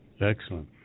Excellent